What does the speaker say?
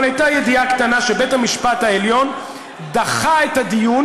הייתה ידיעה קטנה שבית המשפט העליון דחה את הדיון